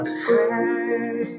Hey